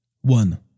one